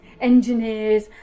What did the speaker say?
Engineers